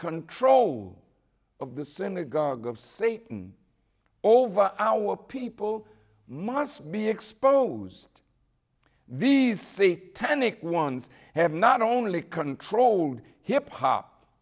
control of the synagogue of satan over our people must be exposed these tannic ones have not only controlled hip hop